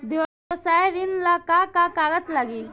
व्यवसाय ऋण ला का का कागज लागी?